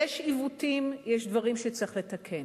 יש עיוותים, יש דברים שצריך לתקן.